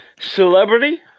Celebrity